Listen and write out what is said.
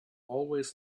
always